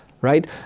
right